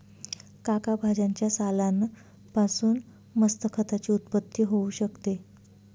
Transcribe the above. काका भाज्यांच्या सालान पासून मस्त खताची उत्पत्ती होऊ शकते